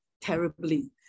terribly